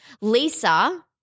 Lisa